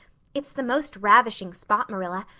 it's the most ravishing spot, marilla.